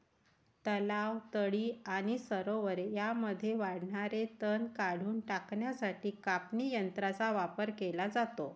तलाव, तळी आणि सरोवरे यांमध्ये वाढणारे तण काढून टाकण्यासाठी कापणी यंत्रांचा वापर केला जातो